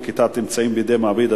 נקיטת אמצעים בידי מעביד),